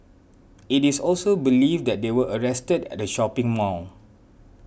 it is also believed that they were arrested at a shopping mall